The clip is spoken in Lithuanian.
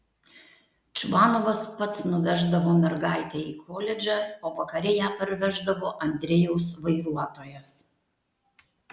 čvanovas pats nuveždavo mergaitę į koledžą o vakare ją parveždavo andrejaus vairuotojas